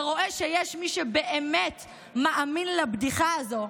ורואה שיש מי שבאמת מאמין לבדיחה הזאת,